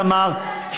תמר,